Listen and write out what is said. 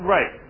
Right